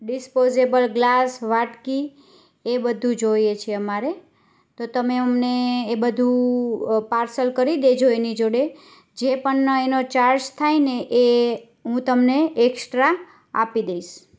disposable glass વાટકી એ બધું જોઈએ છે અમારે તો તમે અમને એ બધું પાર્સલ કરી દેજો એની જોડે જે પણ એનો ચાર્જ થાય ને એ હું તમને એકસ્ટ્રા આપી દઈશ